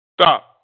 stop